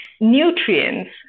nutrients